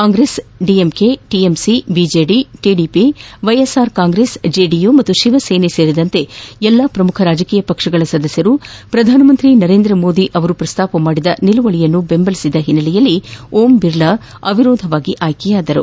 Congress DMK TMC BJD TDP YSR Congress JDU ಮತ್ತು ಶಿವಸೇನಾ ಸೇರಿದಂತೆ ಎಲ್ಲಾ ಪ್ರಮುಖ ರಾಜಕೀಯ ಪಕ್ಷಗಳ ಸದಸ್ಯರು ಪ್ರಧಾನಮಂತ್ರಿ ನರೇಂದ್ರ ಮೋದಿ ಅವರು ಸಲ್ಲಿಸಿದ ನಿಲುವಳಿಯನ್ನು ಬೆಂಬಲಿಸಿದ ಹಿನ್ನೆಲೆಯಲ್ಲಿ ಓಂ ಬಿರ್ಲಾ ಅವಿರೋಧವಾಗಿ ಆಯ್ಕೆಯಾದರು